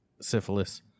syphilis